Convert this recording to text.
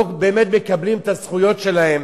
הם לא באמת מקבלים את הזכויות שלהם,